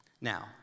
Now